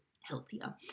healthier